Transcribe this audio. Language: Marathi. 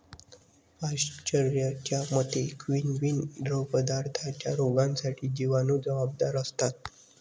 पाश्चरच्या मते, किण्वित द्रवपदार्थांच्या रोगांसाठी जिवाणू जबाबदार असतात